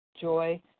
joy